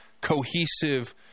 cohesive